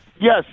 Yes